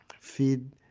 feed